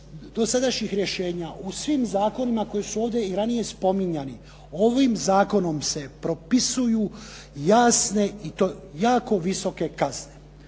dosadašnjih rješenja u svim zakonima koji su ovdje i ranije spominjani, ovim zakonom se propisuju jasne i to jako visoke kazne.